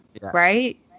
right